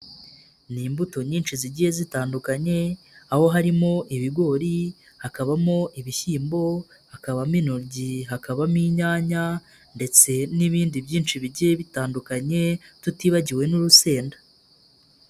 Ni imbuto nyinshi zigiye zitandukanye, aho harimo ibigori, hakabamo ibishyimbo, hakabamo intoryi, hakabamo inyanya ndetse n'ibindi byinshi bigiye bitandukanye, tutibagiwe n'urusenda.